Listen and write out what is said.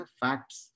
facts